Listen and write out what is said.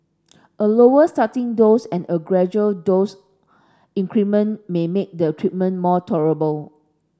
a lower starting dose and gradual dose increment may make the treatment more tolerable